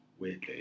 Weirdly